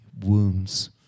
wounds